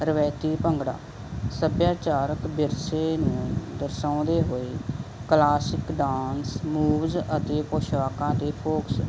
ਰਵਾਇਤੀ ਭੰਗੜਾ ਸੱਭਿਆਚਾਰਕ ਵਿਰਸੇ ਨੂੰ ਦਰਸਾਉਂਦੇ ਹੋਏ ਕਲਾਸਿਕ ਡਾਂਸ ਮੂਵਜ ਅਤੇ ਪੋਸ਼ਾਕਾਂ 'ਤੇ ਫੋਕਸ